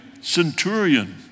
centurion